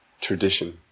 tradition